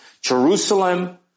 Jerusalem